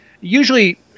usually